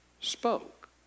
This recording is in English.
spoke